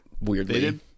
weirdly